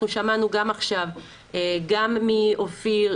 שמענו גם עכשיו גם מאופיר,